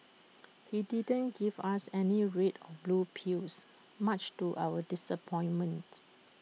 he didn't give us any red or blue pills much to our disappointment